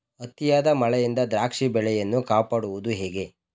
ಅತಿಯಾದ ಮಳೆಯಿಂದ ದ್ರಾಕ್ಷಿ ಬೆಳೆಯನ್ನು ಕಾಪಾಡುವುದು ಹೇಗೆ?